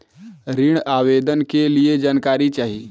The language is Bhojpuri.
ऋण आवेदन के लिए जानकारी चाही?